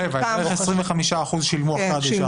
חלקם --- איך 25% שילמו עכשיו אחרי הדרישה הראשונה?